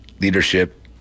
leadership